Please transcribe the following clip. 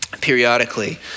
periodically